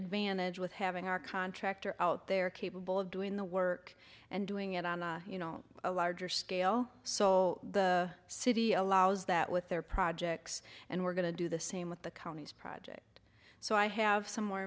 advantage with having our contractors out there capable of doing the work and doing it on a larger scale so the city allows that with their projects and we're going to do the same with the county's project so i have some more